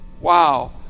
wow